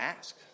ask